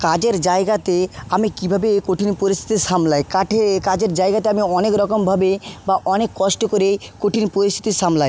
কাজের জায়গাতে আমি কীভাবে কঠিন পরিস্থিতি সামলাই কাঠে কাজের জায়গাটা আমি অনেক রকমভাবে বা অনেক কষ্ট করে কঠিন পরিস্থিতি সামলাই